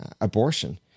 abortion